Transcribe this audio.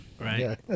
Right